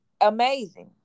amazing